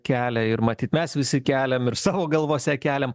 kelia ir matyt mes visi keliam ir savo galvose keliam